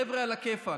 חבר'ה עלא כיפאק,